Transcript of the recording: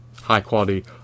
high-quality